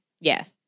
Yes